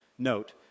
Note